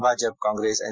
Bhajap Congress N